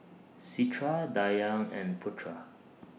Citra Dayang and Putra